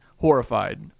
horrified